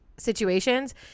situations